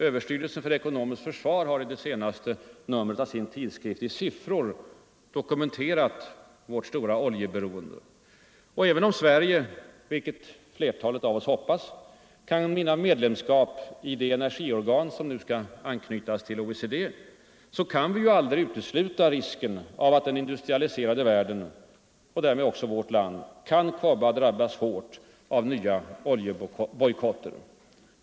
Överstyrelsen för ekonomiskt försvar har i det senaste numret av sin tidskrift i siffror dokumenterat vårt stora oljeberoende. Även om Sverige — vilket flertalet av oss hoppas — kan vinna medlemskap i det energiorgan som nu skall anknytas till OECD, kan vi aldrig utesluta risken av att den industrialiserade världen — och därmed också vårt land —- kan komma att drabbas hårt av nya oljebojkotter.